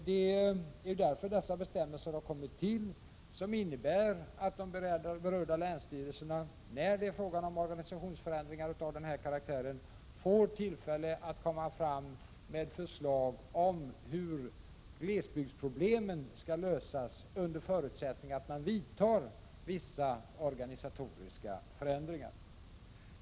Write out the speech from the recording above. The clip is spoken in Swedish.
Det är därför dessa bestämmelser har kommit till, som innebär att de berörda länsstyrelserna när det är fråga om organisationsförändringar av den här karaktären får tillfälle att komma fram med förslag om hur glesbygdsproblemen skall lösas under förutsättning att man vidtar vissa organisatoriska förändringar.